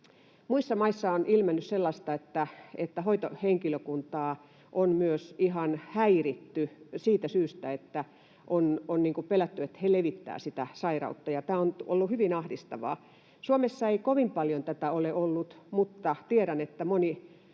Muissa maissa on ilmennyt sellaista, että hoitohenkilökuntaa on myös ihan häiritty siitä syystä, että on pelätty, että he levittävät sitä sairautta, ja tämä on ollut hyvin ahdistavaa. Suomessa ei kovin paljon tätä ole ollut, mutta tiedän, että moni